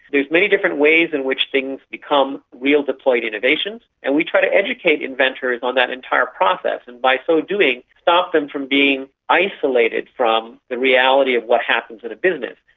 there's many different ways in which things become real deployed innovations and we try to educate inventors on that entire process, and by so doing stop them from being isolated from the reality of what happens in a business.